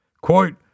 Quote